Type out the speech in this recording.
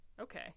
Okay